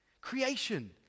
Creation